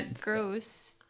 gross